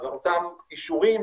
אותם אישורים